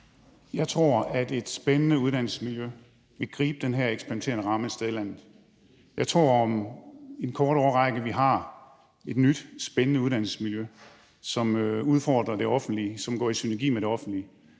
Jeg tror, at et spændende uddannelsesmiljø vil gribe den her eksperimenterende ramme et sted i landet. Jeg tror, at vi om en kort årrække har et nyt spændende uddannelsesmiljø, som udfordrer det offentlige, som går i synergi med det offentlige.